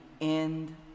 end